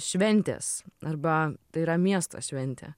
šventės arba tai yra miesto šventę